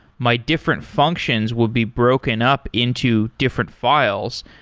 my different functions would be broken up into different files.